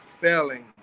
failing